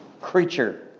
creature